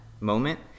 moment